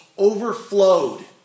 overflowed